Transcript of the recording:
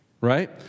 right